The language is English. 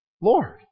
Lord